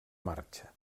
marxa